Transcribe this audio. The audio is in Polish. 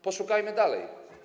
Poszukajmy dalej.